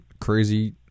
crazy